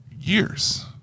years